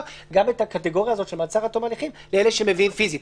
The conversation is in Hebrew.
גם את הקטגוריה הזאת של מעצר עד תום ההליכים לאלה שמביאים פיזית.